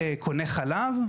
קונה חלב,